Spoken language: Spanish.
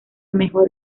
mejor